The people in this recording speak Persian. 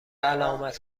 علامت